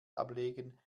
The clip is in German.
ablegen